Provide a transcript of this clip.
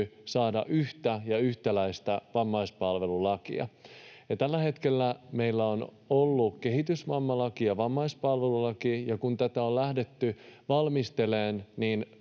saada yhtä ja yhtäläistä vammaispalvelulakia. Tällä hetkellä meillä on ollut kehitysvammalaki ja vammaispalvelulaki, ja kun tätä on lähdetty valmistelemaan,